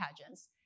Pageants